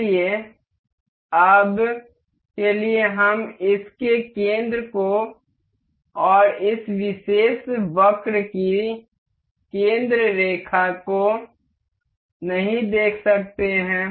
इसलिए अब के लिए हम इस के केंद्र को और इस विशेष वक्र की केंद्र रेखा को नहीं देख सकते हैं